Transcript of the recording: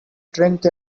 drink